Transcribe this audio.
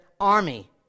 army